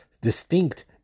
distinct